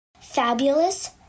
Fabulous